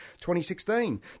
2016